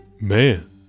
Man